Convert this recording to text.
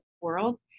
world